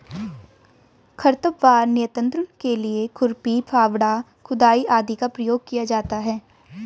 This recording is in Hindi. खरपतवार नियंत्रण के लिए खुरपी, फावड़ा, खुदाई आदि का प्रयोग किया जाता है